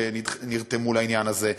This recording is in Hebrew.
שנרתמו לעניין הזה,